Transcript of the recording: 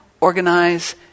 organize